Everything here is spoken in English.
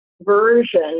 version